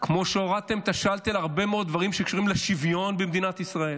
כמו שהורדתם את השלטר על הרבה מאוד דברים שקשורים לשוויון במדינת ישראל.